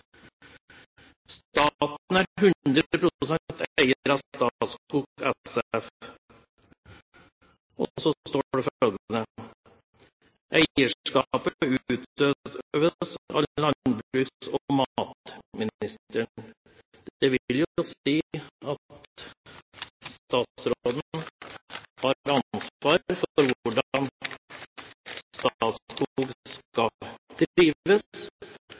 Staten er 100 % eier av Statskog SF.» Så står det følgende: «Eierskapet utøves av Landbruks- og matministeren.» Det vil si at statsråden har ansvar for hvordan Statskog skal drives. Han